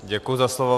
Děkuji za slovo.